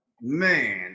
man